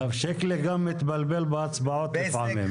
שיקלי גם מתבלבל בהצבעות לפעמים.